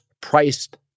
priced